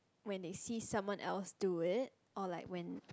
when they see someone else do it or like when